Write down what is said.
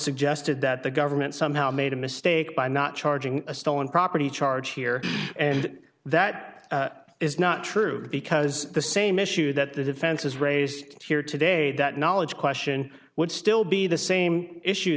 suggested that the government somehow made a mistake by not charging a stolen property charge here and that is not true because the same issue that the defense has raised here today that knowledge question would still be the same issue